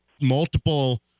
multiple